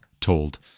told